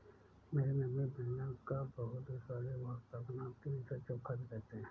मेरी मम्मी बैगन का बहुत ही स्वादिष्ट भुर्ता बनाती है इसे चोखा भी कहते हैं